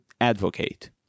advocate